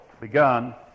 begun